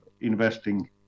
investing